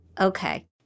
Okay